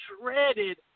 shredded